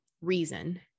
reason